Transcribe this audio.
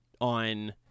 on